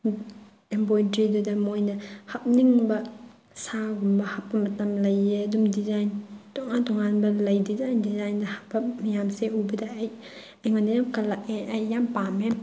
ꯏꯝꯕꯣꯏꯗ꯭ꯔꯤꯗꯨꯗ ꯃꯣꯏꯅ ꯍꯥꯞꯅꯤꯡꯕ ꯁꯥꯒꯨꯝꯕ ꯍꯥꯞꯄ ꯃꯇꯝ ꯂꯩ ꯑꯗꯨꯃ ꯗꯤꯖꯥꯏꯟ ꯇꯣꯉꯥꯟ ꯇꯣꯉꯥꯟꯕ ꯂꯩ ꯗꯤꯖꯥꯏꯟ ꯗꯤꯖꯥꯏꯟ ꯍꯥꯞꯄ ꯃꯌꯥꯝꯁꯦ ꯎꯕꯗ ꯑꯩ ꯑꯩꯉꯣꯟꯗ ꯌꯥꯝ ꯀꯜꯂꯛꯑꯦ ꯑꯩ ꯌꯥꯝ ꯄꯥꯝꯃꯦ